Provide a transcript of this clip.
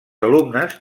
alumnes